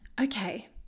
okay